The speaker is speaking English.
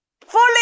fully